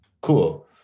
Cool